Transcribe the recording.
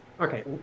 Okay